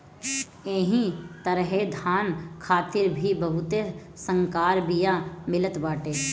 एही तरहे धान खातिर भी बहुते संकर बिया मिलत बाटे